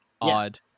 odd